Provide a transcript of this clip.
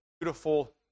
beautiful